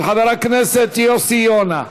של חבר הכנסת יוסי יונה.